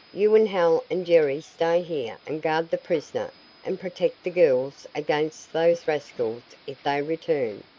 you and hal and jerry stay here and guard the prisoner and protect the girls against those rascals if they return,